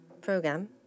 program